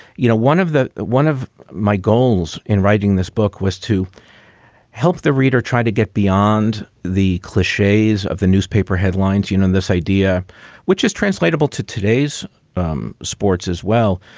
you know, one of the one of my goals in writing this book was to help the reader try to get beyond the cliches of the newspaper headlines. you know, and this idea which is translatable to today's um sports as well.